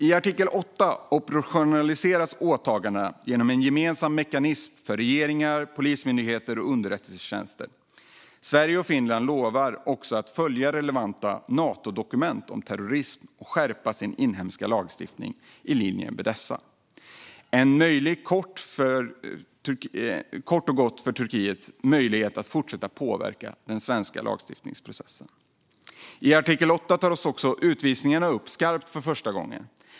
I artikel 8 operationaliseras åtaganden genom en gemensam mekanism för regeringarna, polismyndigheterna och underrättelsetjänsterna. Sverige och Finland lovar också att följa relevanta Natodokument om terrorism och skärpa sin inhemska lagstiftning i linje med dessa. Det är kort och gott en möjlighet för Turkiet att fortsätta påverka den svenska lagstiftningsprocessen. I artikel 8 tas också utvisningarna upp skarpt för första gången.